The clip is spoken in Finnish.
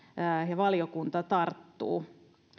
ja valiokunta tarttuvat